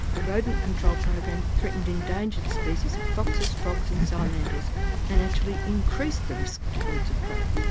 the rodent control program threatened endangered species of foxes, frogs and salamanders and actually increased the risk to birds of prey.